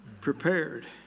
prepared